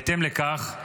בהתאם לכך,